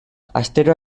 astero